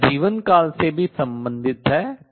यह जीवनकाल से भी संबंधित है